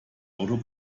auto